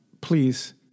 please